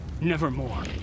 Nevermore